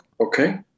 Okay